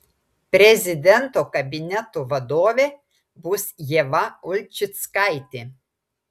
prezidento kabineto vadovė bus ieva ulčickaitė